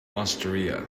osteria